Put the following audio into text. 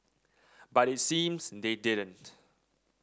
but it seems they didn't